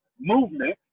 movement